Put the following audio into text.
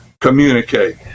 communicate